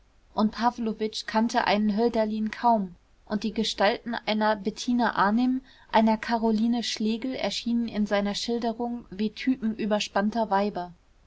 und pawlowitsch kannte einen hölderlin kaum und die gestalten einer bettina arnim einer caroline schlegel erschienen in seiner schilderung wie typen überspannter weiber